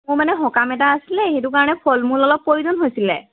মোৰ মানে সকাম এটা আছিলে সেইটো কাৰণে ফল মূল অলপ প্ৰয়োজন হৈছিলে